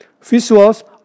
visuals